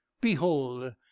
behold